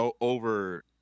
over –